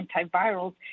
antivirals